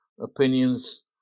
opinions